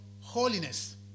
holiness